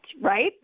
right